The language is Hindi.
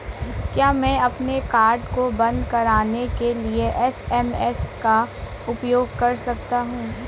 क्या मैं अपने कार्ड को बंद कराने के लिए एस.एम.एस का उपयोग कर सकता हूँ?